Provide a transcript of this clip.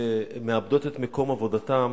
שמאבדות את מקום עבודתן